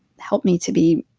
help me to be.